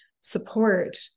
support